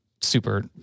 super